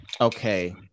Okay